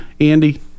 Andy